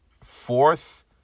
Fourth